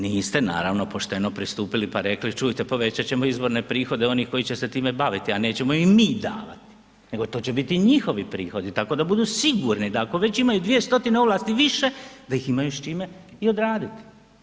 Niste naravno pošteno pristupili pa rekli čujte povećat ćemo izvorne prihode onih koji će se time baviti, a nećemo im mi davati, nego to će biti njihovi prihodi tako da budu sigurni da ako već imaju 200 ovlasti više da ih imaju s čime i odraditi.